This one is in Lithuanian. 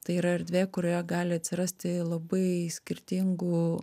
tai yra erdvė kurioje gali atsirasti labai skirtingų